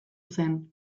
zen